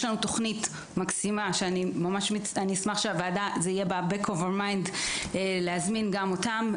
יש תוכנית מקסימה שאשמח שהוועדה תזמין גם אותם.